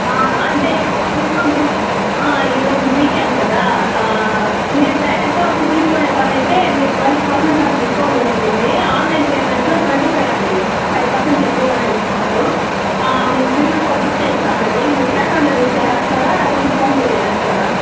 అంటే ఈ ఈరోజు ఈ ఈరోజు వీకెండ్ కదా ఆ మీరు డైరెక్ట్గా వచ్చి తీసుకునే పని అయితే మీకు ట్వంటీ పెర్సెంట్ దాక డిస్కౌంట్ ఉనుంటుంది ఆన్లైన్ ప్రెమెంట్లో ట్వంటీ ఫైవ్ అండి ఫైవ్ పెర్సెంట్ ఎక్కువగానే డిస్కౌంటూ ఆ మీకు బిల్లు తగ్గించే ఇస్తామండి మీరు కాష్ ఆన్ డెలివరీ చేసేస్తారా లేకుంటే ఫోన్ పే చేసేస్తారా